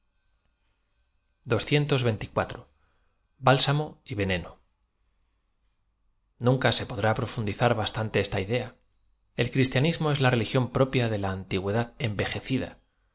humanidad futura álsamo y veneno nanea se podrá profundizar bastante esta idea el cristianismo es la religión propia de la antigüedad